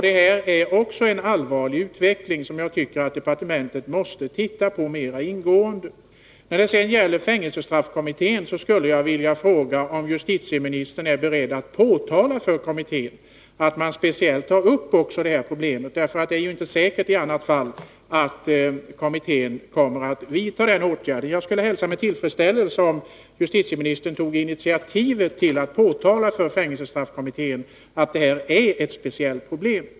Det här är också en allvarlig utveckling, som jag tycker att departementet måste titta på mera ingående. Beträffande fängelsestraffkommittén skulle jag vilja fråga om justitieministern är beredd att påpeka det här problemet för kommittén, så att den tar upp det. Det är ju i annat fall inte säkert att kommittén kommer att vidta den åtgärden. Jag skulle hälsa med tillfredsställelse om justitieministern tog initiativ till att påtala för fängelsestraffkommittén att det här är ett speciellt problem.